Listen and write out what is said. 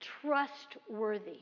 trustworthy